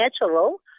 natural